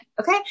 okay